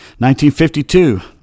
1952